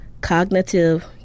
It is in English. Cognitive